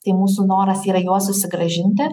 tai mūsų noras yra juos susigrąžinti